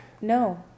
No